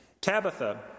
Tabitha